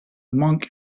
monk